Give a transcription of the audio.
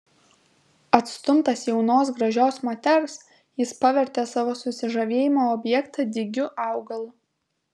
atstumtas jaunos gražios moters jis pavertė savo susižavėjimo objektą dygiu augalu